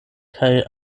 kaj